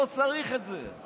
לא צריך את זה.